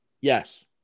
Yes